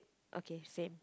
okay same